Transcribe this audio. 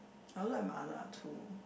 I also like mala too